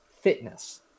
fitness